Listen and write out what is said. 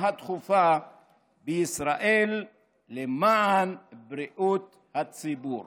הדחופה בישראל למען בריאות הציבור.